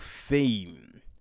theme